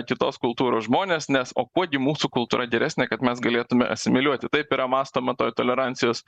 kitos kultūros žmones nes o kuo gi mūsų kultūra geresnė kad mes galėtume asimiliuoti taip yra mąstoma tuoj tolerancijos